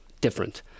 different